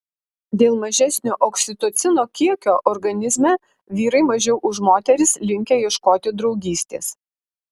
dėl mažesnio oksitocino kiekio organizme vyrai mažiau už moteris linkę ieškoti draugystės